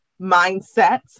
mindset